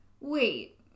wait